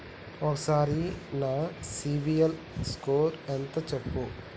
ఒక్కసారి నా సిబిల్ స్కోర్ ఎంత చెప్పు?